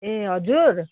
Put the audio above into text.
ए हजुर